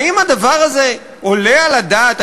האם הדבר הזה עולה על הדעת?